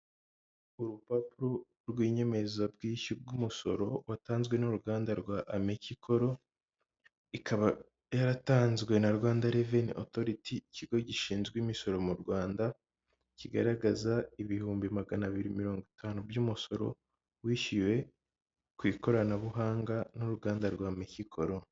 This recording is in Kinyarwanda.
Urupapuro rw'inyemezabwishyu rw'umusoro watanzwe n'uruganda rw'Ameki koro ikaba yaratanzwe na Rwanda reveni otoriti, ikigo gishinzwe imisoro mu Rwanda kigaragaza ibihumbi magana abiri mirongo itanu by'umusoro wishyuwe ku ikoranabuhanga n'uruganda rw'Ameki koro.